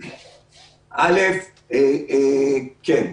א', כן.